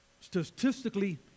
statistically